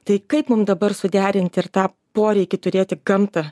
tai kaip mum dabar suderint ir tą poreikį turėti gamtą